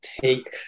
take